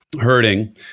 hurting